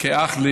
כאח לי